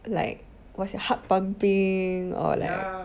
like was your heart pumping or like